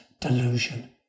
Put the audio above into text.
delusion